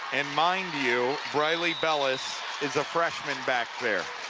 and mind you, briley bellis is a freshman back there,